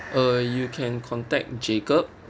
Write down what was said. uh you can contact jacob